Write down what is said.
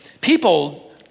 people